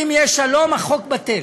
אם יש שלום, החוק בטל.